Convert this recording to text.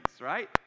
right